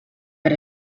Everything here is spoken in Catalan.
per